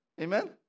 Amen